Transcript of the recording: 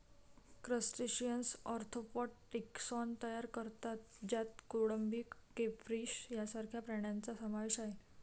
crustaceans arthropod taxon तयार करतात ज्यात कोळंबी, क्रेफिश सारख्या प्राण्यांचा समावेश आहे